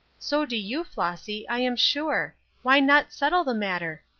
so do you, flossy, i am sure why not settle the matter?